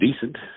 decent